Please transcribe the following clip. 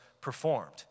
performed